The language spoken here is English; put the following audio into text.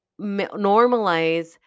normalize